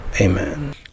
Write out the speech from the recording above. amen